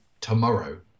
tomorrow